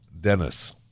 Dennis